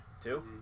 Two